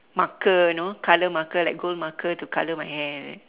marker you know colour marker like gold marker to colour my hair